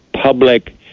public